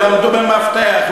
הם למדו במפת"ח,